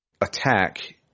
attack